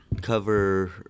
cover